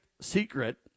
secret